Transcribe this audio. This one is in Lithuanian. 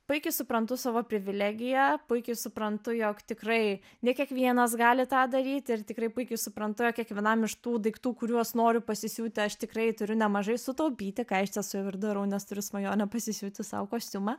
puikiai suprantu savo privilegiją puikiai suprantu jog tikrai ne kiekvienas gali tą daryti ir tikrai puikiai suprantu jog kiekvienam iš tų daiktų kuriuos noriu pasisiūti aš tikrai turiu nemažai sutaupyti ką iš tiesų jau ir darau nes turiu svajonę pasisiūti sau kostiumą